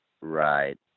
Right